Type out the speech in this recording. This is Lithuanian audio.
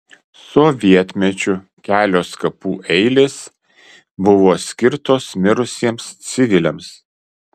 sovietmečiu kelios kapų eilės buvo skirtos mirusiems civiliams